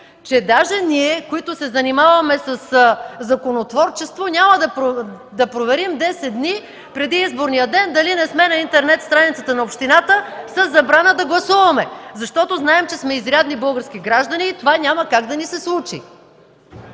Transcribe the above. че дори и ние, които се занимаваме с законотворчество, няма да проверим десет дни преди изборния ден дали не сме на интернет страницата на общината със забрана да гласуваме, защото знаем, че сме изрядни български граждани и това няма как да ни се случи.